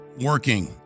working